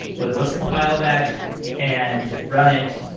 like let's compile that and run it.